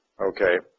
Okay